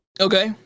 Okay